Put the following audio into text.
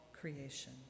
creation